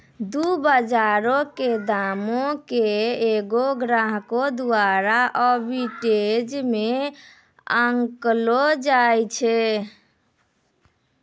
दु बजारो के दामो के एगो ग्राहको द्वारा आर्बिट्रेज मे आंकलो जाय छै